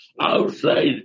Outside